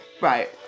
Right